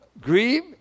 grieve